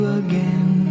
again